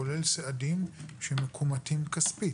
כולל סעדים שמכומתים כספית.